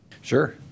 Sure